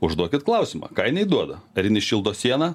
užduokit klausimą ką jinai duoda ar jinai šildo sieną